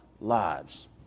lives